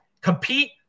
Compete